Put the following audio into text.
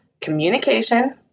communication